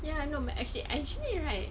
ya no actually actually right